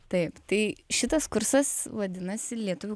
taip tai šitas kursas vadinasi lietuvių